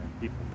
people